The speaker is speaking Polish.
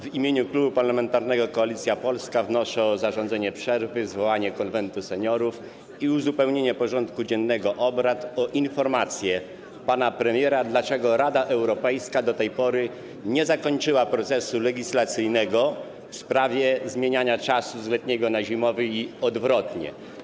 W imieniu Klubu Parlamentarnego Koalicja Polska wnoszę o zarządzenie przerwy, zwołanie Konwentu Seniorów i uzupełnienie porządku dziennego obrad o informację pana premiera, dlaczego Rada Europejska do tej pory nie zakończyła procesu legislacyjnego w sprawie zmieniania czasu z letniego na zimowy i odwrotnie.